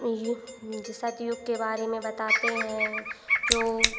युग जे सतयुग के बारे में बताते हैं जो